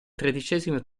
tredicesimo